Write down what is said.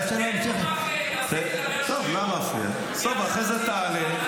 יושב-ראש הכנסת לשעבר ישב בבית סוהר על לימוד עברית